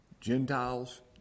Gentiles